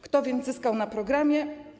Kto więc zyskał na programie?